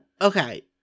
okay